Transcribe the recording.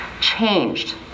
changed